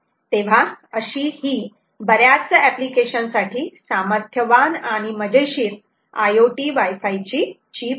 तेव्हा अशीही बऱ्याच एप्लीकेशन साठी सामर्थ्यवान आणि मजेशीर IoT वायफाय चीप आहे